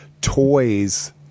toys